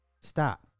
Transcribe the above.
Stop